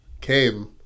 came